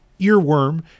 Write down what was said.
earworm